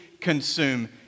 consume